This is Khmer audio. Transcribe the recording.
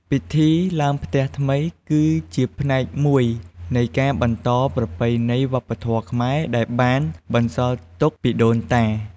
ពិធីឡើងផ្ទះថ្មី គឺជាផ្នែកមួយនៃការបន្តប្រពៃណីវប្បធម៌ខ្មែរដែលបានបន្សល់ទុកពីដូនតា។